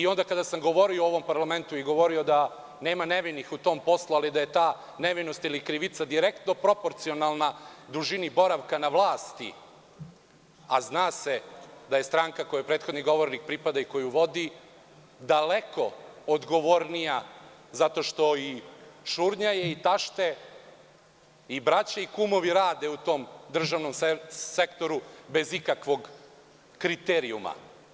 Onda kada sam govorio u ovom parlamentu da nema nevinih u tom poslu, ali da je ta nevinost ili krivica direktno proporcionalna dužini boravka na vlasti, a zna se da je stranka kojoj prethodni govornik pripada i koju vodi daleko odgovornija zato što i šurnjaje i tašte i braća i kumovi rade u tom državnom sektoru bez ikakvog kriterijuma.